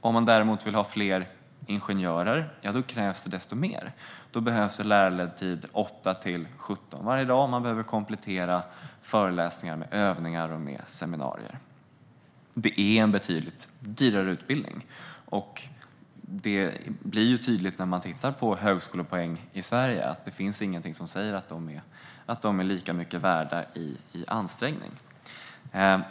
Om man däremot vill ha fler ingenjörer krävs det desto mer. Då behövs lärarledd tid från 8 till 17 varje dag, och man behöver komplettera föreläsningar med övningar och seminarier. Det är en betydligt dyrare utbildning. Det finns ingenting som säger att alla högskolepoäng i Sverige är lika mycket värda i ansträngning.